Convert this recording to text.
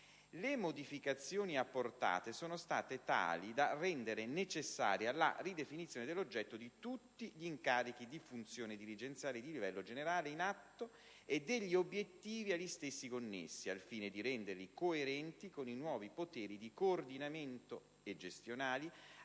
Le modificazioni apportate sono state tali da rendere necessaria la ridefìnizione dell'oggetto di tutti gli incarichi di funzione dirigenziale di livello generale in atto e degli obiettivi agli stessi connessi, al fine di renderli coerenti con i nuovi poteri di coordinamento e gestionali